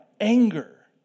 anger